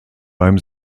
beim